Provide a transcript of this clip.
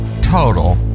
total